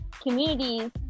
communities